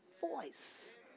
voice